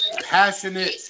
passionate